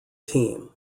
team